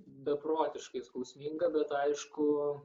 beprotiškai skausminga bet aišku